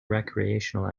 recreational